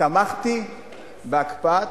תמכתי בהקפאת